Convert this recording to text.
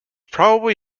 probably